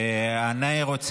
לא אמרתי, זה פתגם בערבית.